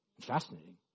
Fascinating